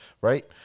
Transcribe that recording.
right